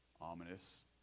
ominous